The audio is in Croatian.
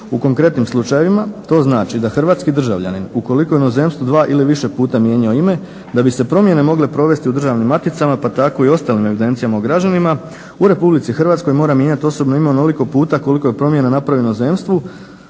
U konkretnim slučajevima to znači da hrvatski državljanin ukoliko je u inozemstvu dva ili više puta mijenjao ime da bi se promjene mogle provesti u državnim maticama, pa tako i ostalim evidencijama o građanima u Republici Hrvatskoj mora mijenjati osobno ime onoliko puta koliko je promjena napravljeno u inozemstvu